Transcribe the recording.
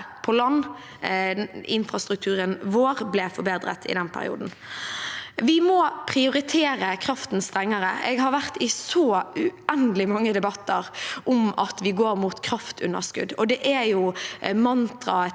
på land, infrastrukturen vår, ble forbedret i den perioden. Vi må prioritere kraften strengere. Jeg har vært i så uendelig mange debatter om at vi går mot kraftunder skudd, og det er jo mantraet